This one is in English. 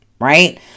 right